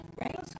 Right